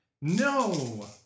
No